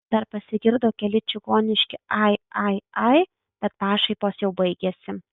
dar pasigirdo keli čigoniški ai ai ai bet pašaipos jau baigėsi